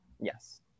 yes